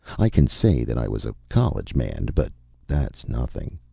i can say that i was a college man, but that's nothing.